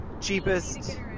cheapest